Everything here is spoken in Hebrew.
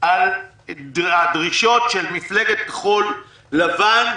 על הדרישות של מפלגת כחול לבן,